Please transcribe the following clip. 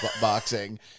boxing